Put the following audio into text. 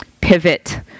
pivot